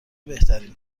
بهترین